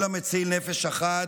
כל המציל נפש אחת,